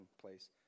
place